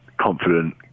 confident